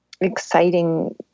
exciting